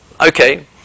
Okay